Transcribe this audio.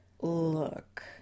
Look